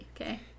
okay